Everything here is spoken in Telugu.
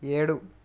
ఏడు